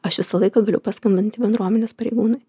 aš visą laiką galiu paskambinti bendruomenės pareigūnam